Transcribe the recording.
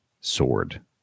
sword